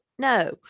No